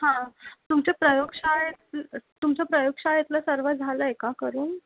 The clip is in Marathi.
हां तुमचे प्रयोगशाळेत तुमच्या प्रयोगशाळेतलं सर्व झालं आहे का करून